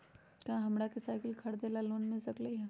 का हमरा के साईकिल खरीदे ला लोन मिल सकलई ह?